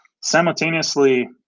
simultaneously